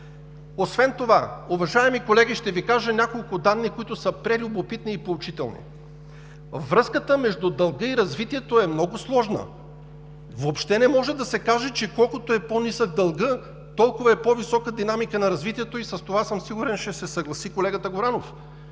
Освен това, уважаеми колеги, ще Ви кажа няколко данни, които са прелюбопитни и поучителни. Връзката между дълга и развитието е много сложна. Въобще не може да се каже, че колкото е по-нисък дългът, толкова е по-висока динамиката на развитието и с това съм сигурен, ще се съгласи колегата Горанов.